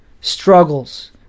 struggles